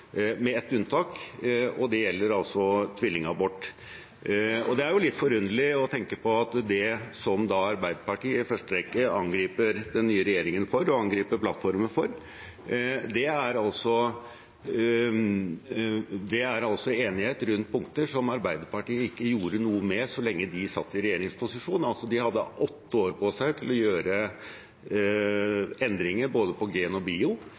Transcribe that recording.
med ett unntak, og det gjelder altså tvillingabort. Det er jo litt forunderlig å tenke på at det Arbeiderpartiet i første rekke angriper den nye regjeringen for og angriper plattformen for, er enighet rundt punkter som Arbeiderpartiet ikke gjorde noe med så lenge de satt i regjeringsposisjon. De hadde åtte år på seg til å gjøre endringer både på gen og bio